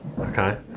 Okay